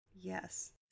Yes